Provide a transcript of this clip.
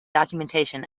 documentation